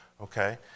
okay